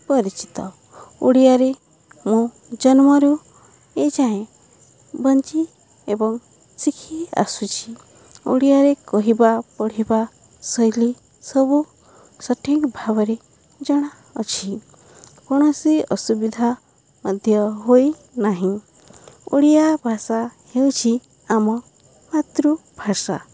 ପରିଚିତ ଓଡ଼ିଆରେ ମୁଁ ଜନ୍ମରୁ ଏଯାଏଁ ବଞ୍ଚି ଏବଂ ଶିଖି ଆସୁଛି ଓଡ଼ିଆରେ କହିବା ପଢ଼ିବା ଶୈଳୀ ସବୁ ସଠିକ୍ ଭାବରେ ଜଣାଅଛି କୌଣସି ଅସୁବିଧା ମଧ୍ୟ ହୋଇନାହିଁ ଓଡ଼ିଆ ଭାଷା ହେଉଛି ଆମ ମାତୃଭାଷା